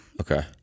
okay